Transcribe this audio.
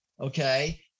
Okay